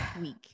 week